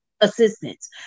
assistance